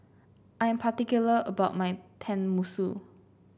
I am particular about my Tenmusu